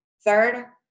Third